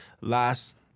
last